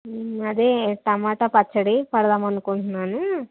అదే టొమాటో పచ్చడి పేడదామని అనుకుంటున్నానూ